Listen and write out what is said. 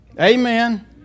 Amen